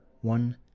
one